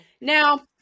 Now